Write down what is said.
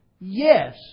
yes